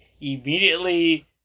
immediately